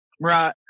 Right